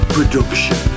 Production